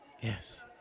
Yes